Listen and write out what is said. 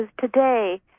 today